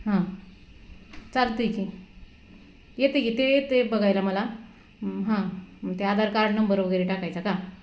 हां चालतं आहे की येते की ते येतं आहे बघायला मला हां ते आधार कार्ड नंबर वगैरे टाकायचा का